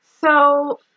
So-